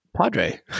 Padre